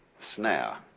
snare